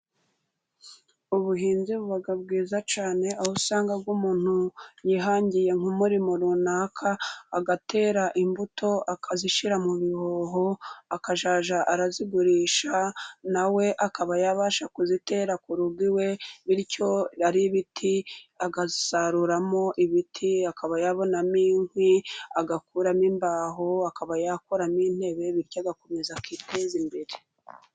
Ubuhinzi buba bwiza cyane aho usanga umuntu yihangiye umurimo runaka, agatera imbuto akazishyira mu bihoho, akajya azigurisha, nawe akaba yabasha kuzitera ku rugo iwe, bityo ari ibiti agazisaruramo ibiti, akaba yabonamo inkwi, agakuramo imbaho, akaba yakuramo intebe, bityo agakomeza akiteza imbere.